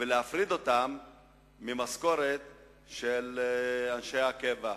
ולהפריד אותם ממשכורת של אנשי קבע,